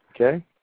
Okay